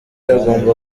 agomba